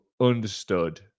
understood